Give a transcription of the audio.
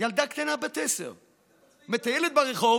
ילדה קטנה בת עשר מטיילת ברחוב